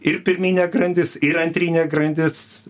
ir pirminė grandis ir antrinė grandis